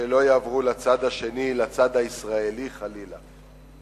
שלא יעברו לצד השני, לצד הישראלי, חלילה.